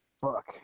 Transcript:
Fuck